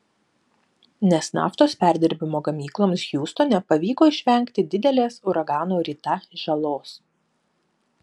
nes naftos perdirbimo gamykloms hiūstone pavyko išvengti didelės uragano rita žalos